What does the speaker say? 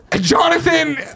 Jonathan